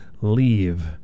leave